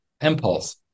impulse